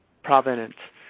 provenance.